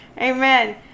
Amen